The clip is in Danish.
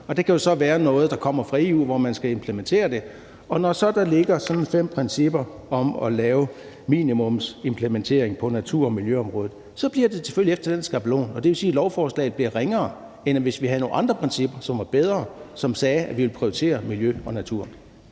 det kan så være noget, der kommer fra EU, som man skal implementere. Og når der så ligger fem principper om at lave minimumsimplementering på natur- og miljøområdet, bliver det selvfølgelig efter den skabelon, og det vil sige, at lovforslaget bliver ringere, end hvis vi havde nogle andre principper, som var bedre, og som sagde, vi ville prioritere miljø og natur.